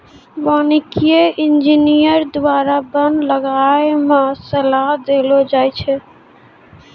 वानिकी इंजीनियर द्वारा वन लगाय मे सलाह देलो जाय छै